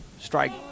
strike